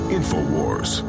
Infowars